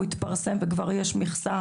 הוא התפרסם וכבר יש מכסה